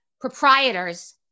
proprietors